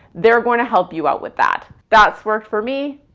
they're going to help you out with that. that's worked for me,